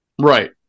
Right